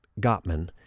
Gottman